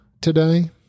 today